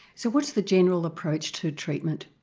so what's the general approach to treatment?